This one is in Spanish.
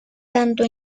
tanto